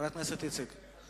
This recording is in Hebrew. חברת הכנסת איציק.